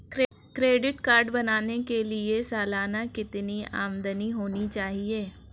Credit card बनाने के लिए सालाना कितनी आमदनी होनी चाहिए?